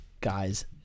guys